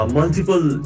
multiple